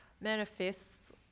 manifests